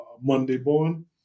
Monday-born